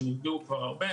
שנפגעו כבר הרבה.